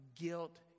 guilt